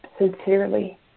sincerely